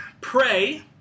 pray